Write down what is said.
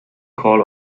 call